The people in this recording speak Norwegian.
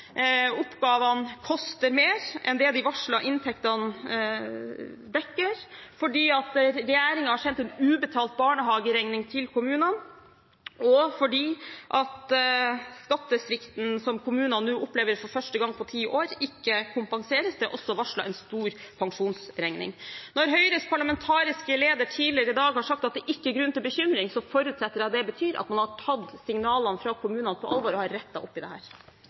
oppgavene koster mer enn de varslede inntektene dekker, fordi regjeringen har sendt en ubetalt barnehageregning til kommunene, og fordi skattesvikten som kommunene nå opplever for første gang på ti år, ikke kompenseres. Det er også varslet en stor pensjonsregning. Når Høyres parlamentariske leder tidligere i dag har sagt at det ikke er grunn til bekymring, forutsetter jeg at det betyr at man har tatt signalene fra kommunene på alvor og har rettet opp i dette. Det